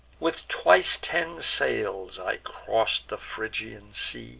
with twice ten sail i cross'd the phrygian sea